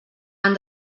han